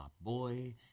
boy